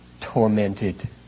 tormented